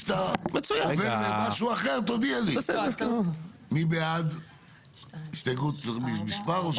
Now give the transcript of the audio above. מי בעד הסתייגות מספר 2?